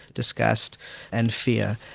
disgust and fear.